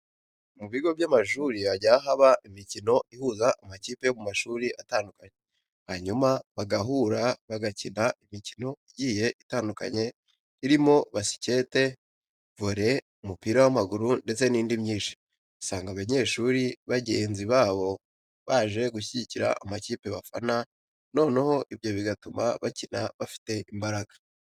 Mu bigo by'amashuri hajya haba imikino ihuza amakipe yo mu mashuri atandukanye, hanyuma bagahura bagakina imikino igiye itandukanye irimo basikete, vore, umupira w'amaguru ndetse n'indi myinshi. Usanga abanyeshuri bagenzi babo baje gushyigikira amakipe bafana, noneho ibyo bigatuma bakina bafite imbaraga.